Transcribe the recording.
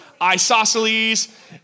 isosceles